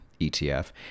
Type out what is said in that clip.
ETF